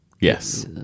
yes